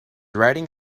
riding